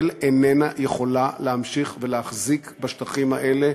ישראל איננה יכולה להמשיך ולהחזיק בשטחים האלה.